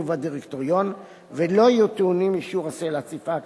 ובדירקטוריון ולא יהיו טעונים אישור של האספה הכללית.